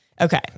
Okay